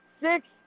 six